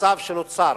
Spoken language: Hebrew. שבמצב שנוצר,